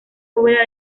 bóveda